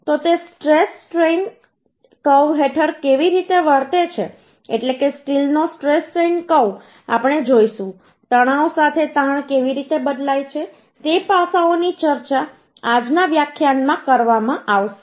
તો તે stress strain stress તણાવ strain તાણ કર્વ હેઠળ કેવી રીતે વર્તે છે એટલે કે સ્ટીલનો સ્ટ્રેસ સ્ટ્રેઈન કર્વ આપણે જોઈશું તણાવ સાથે તાણ કેવી રીતે બદલાય છે તે પાસાઓની ચર્ચા આજના વ્યાખ્યાનમાં કરવામાં આવશે